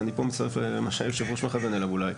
ואני פה מצטרף למה שהיושב-ראש מכוון אליו אולי,